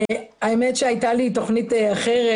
האמת שהייתה לי תוכנית אחרת.